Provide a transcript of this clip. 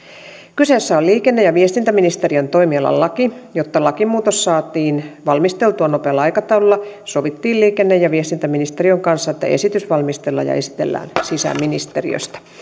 kyseessä on liikenne ja viestintäministeriön toimialan laki jotta lakimuutos saatiin valmisteltua nopealla aikataululla sovittiin liikenne ja viestintäministeriön kanssa että esitys valmistellaan ja esitellään sisäministeriöstä